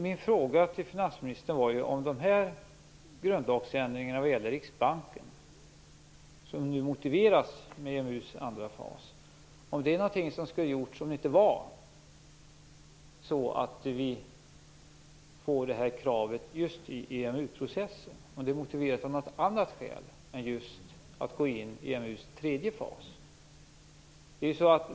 Min fråga till finansministern var om de grundlagsändringar vad gäller Riksbanken som motiveras med EMU:s andra fas är någonting som skulle ha gjorts om vi inte fått det här kravet just i EMU processen. Är det motiverat av något annat än just att man går in i EMU:s tredje fas?